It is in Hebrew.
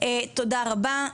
תודה רבה.